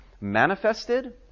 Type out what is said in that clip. manifested